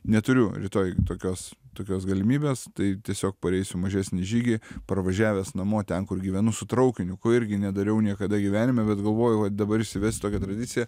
neturiu rytoj tokios tokios galimybės tai tiesiog pareisiu mažesnį žygį parvažiavęs namo ten kur gyvenu su traukiniu ko irgi nedariau niekada gyvenime bet galvojau va dabar įsivesiu tokią tradiciją